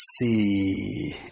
see